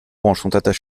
branches